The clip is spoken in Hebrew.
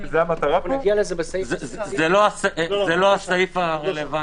זה לא הסעיף הרלוונטי.